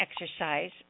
exercise